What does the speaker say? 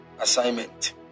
assignment